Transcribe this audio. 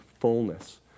fullness